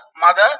Mother